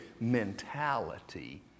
mentality